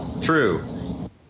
True